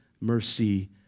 mercy